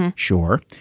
and sure.